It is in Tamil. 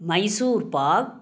மைசூர்பாக்